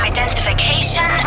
Identification